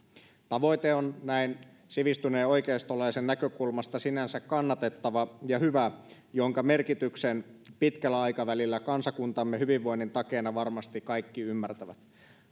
tavoite on näin sivistyneen oikeistolaisen näkökulmasta sinänsä kannatettava ja hyvä ja sen merkityksen pitkällä aikavälillä kansakuntamme hyvinvoinnin takeena varmasti kaikki ymmärtävät